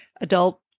adult